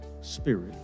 spirit